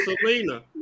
Selena